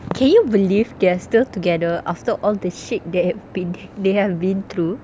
can you believe they're still together after all the shit they had been they have been through